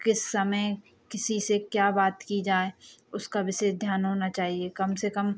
किस समय किसी से क्या बात की जाए उसका विशेष ध्यान होना चाहिए कम से कम